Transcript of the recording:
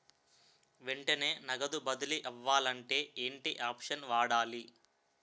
వెంటనే నగదు బదిలీ అవ్వాలంటే ఏంటి ఆప్షన్ వాడాలి?